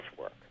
work